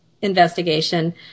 investigation